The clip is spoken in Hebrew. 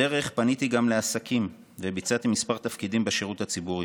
בדרך פניתי גם לעסקים וביצעתי כמה תפקידים בשירות הציבורי.